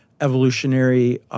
evolutionary